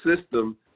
system